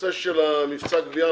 הנושא של מבצע הגבייה,